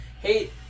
Hey